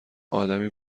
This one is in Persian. آدمی